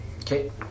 Okay